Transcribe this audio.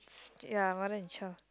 s~ ya